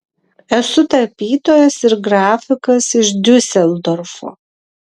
esu tapytojas ir grafikas iš diuseldorfo